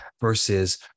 versus